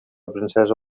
princesa